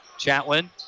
Chatwin